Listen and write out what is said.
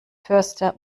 förster